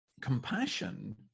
compassion